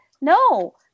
No